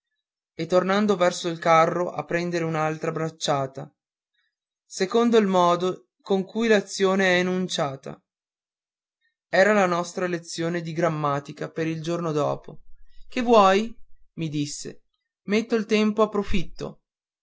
e tornando verso il carro a prendere un'altra bracciata secondo il modo in cui l'azione è enunciata era la nostra lezione di grammatica per il giorno dopo che vuoi mi disse metto il tempo